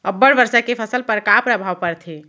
अब्बड़ वर्षा के फसल पर का प्रभाव परथे?